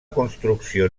construcció